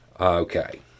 Okay